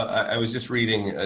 i was just reading. ah